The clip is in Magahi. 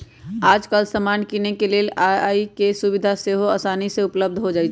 याजकाल समान किनेके लेल ई.एम.आई के सुभिधा सेहो असानी से उपलब्ध हो जाइ छइ